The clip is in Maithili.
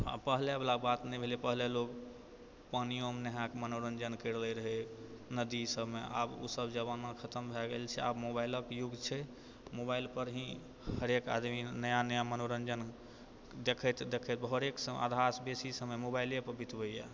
आब पहिलेवला बात नहि भेलै पहिले लोक पानियोमे नहायके मनोरञ्जन करि लै रहै नदी सभमे आब उ सब जमाना खतम भए गेल छै आब मोबाइलके युग छै मोबाइलपर ही हरेक आदमी नया नया मनोरञ्जन देखैत देखैत घरेके सँ आधासँ बेसी समय मोबाइले पर बितबैय